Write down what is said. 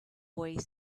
boy